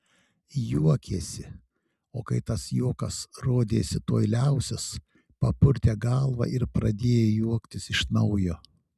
juokėsi o kai tas juokas rodėsi tuoj liausis papurtė galvą ir pradėjo juoktis iš naujo